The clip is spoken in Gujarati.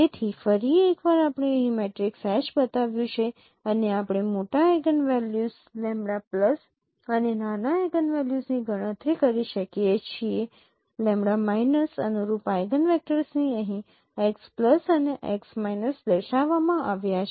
તેથી ફરી એકવાર આપણે અહીં મેટ્રિક્સ H બતાવ્યું છે અને આપણે મોટા આઇગનવેલ્યુઝ અને નાના આઇગનવેલ્યુની ગણતરી કરી શકીએ છીએ અનુરૂપ આઇગનવેક્ટર્સ અહીં x અને x દર્શાવવામાં આવ્યા છે